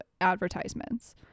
advertisements